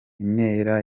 intera